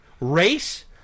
Race